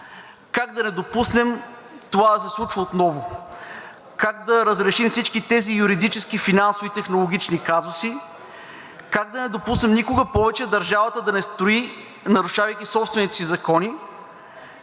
Как да не допуснем това да се случва отново? Как да разрешим всички тези юридически, финансови и технологични казуси? Как да не допуснем никога повече държавата да не строи, нарушавайки собствените си закони?